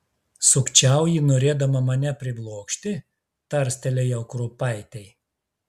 sukčiauji norėdama mane priblokšti tarstelėjau kruopaitei